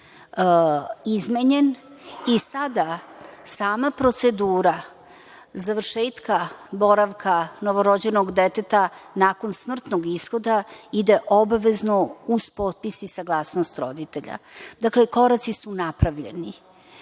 izmenjen i sada sama procedura završetka boravka novorođenog deteta nakon smrtnog ishoda ide obavezno uz potpis i saglasnost roditelja. Dakle, koraci su napravljeni. Zdravstveni